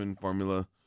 formula